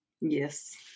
Yes